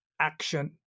action